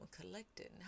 collected